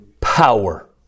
power